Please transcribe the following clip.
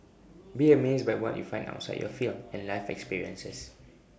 be amazed by what you find outside your field and life experiences